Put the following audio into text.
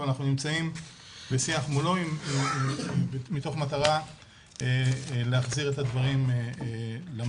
אבל אנחנו נמצאים בשיח מולו מתוך מטרה להחזיר את הדברים למסלול,